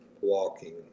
walking